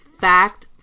Fact